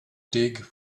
dig